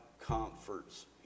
comforts